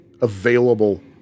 available